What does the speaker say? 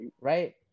right